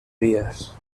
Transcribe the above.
días